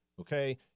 Okay